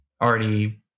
already